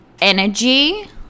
energy